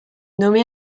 nommée